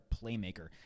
playmaker